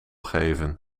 geven